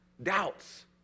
Doubts